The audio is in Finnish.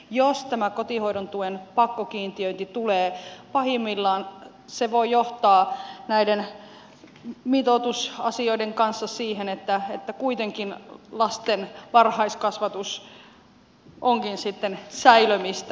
jos tämä kotihoidon tuen pakkokiintiöinti tulee pahimmillaan se voi johtaa näiden mitoitusasioiden kanssa siihen että kuitenkin lasten varhaiskasvatus onkin sitten säilömistä